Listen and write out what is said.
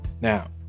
Now